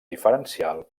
diferencial